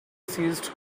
ceased